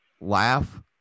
laugh